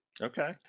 Okay